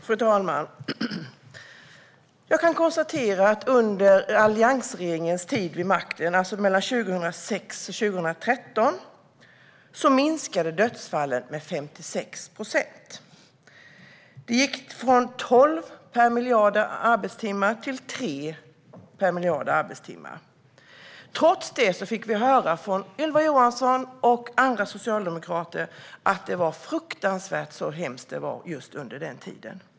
Fru talman! Jag kan konstatera att under alliansregeringens tid vid makten 2006-2013 minskade dödsfallen med 56 procent: från tolv till tre dödsfall per miljard arbetstimmar. Trots det fick vi höra från Ylva Johansson och andra socialdemokrater att det var fruktansvärt hur hemskt det var under just den tiden.